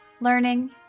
learning